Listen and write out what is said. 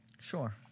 Sure